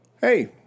Hey